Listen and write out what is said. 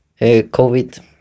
COVID